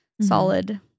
solid